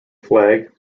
flag